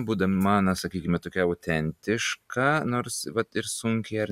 būdama na sakykime tokia autentiška nors vat ir sunkiai ar